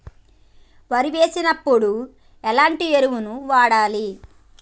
వరి వేసినప్పుడు ఎలాంటి ఎరువులను వాడాలి?